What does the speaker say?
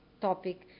topic